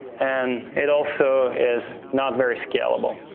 and it also is not very scalable,